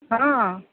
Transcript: हँ